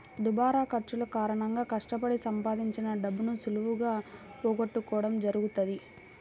దుబారా ఖర్చుల కారణంగా కష్టపడి సంపాదించిన డబ్బును సులువుగా పోగొట్టుకోడం జరుగుతది